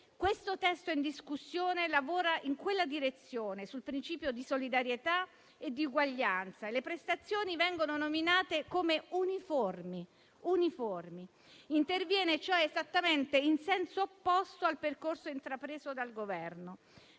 Questo testo in discussione lavora in quella direzione, sul principio di solidarietà e di uguaglianza. Le prestazioni vengono nominate come "uniformi". Esso interviene cioè esattamente in senso opposto al percorso intrapreso dal Governo.